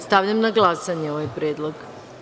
Stavljam na glasanje ovaj predlog.